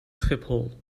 schiphol